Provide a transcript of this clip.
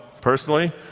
personally